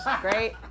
Great